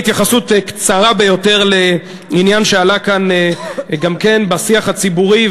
התייחסות קצרה ביותר לעניין שעלה כאן וגם בשיח הציבורי,